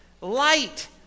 light